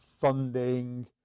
funding